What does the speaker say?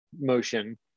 motion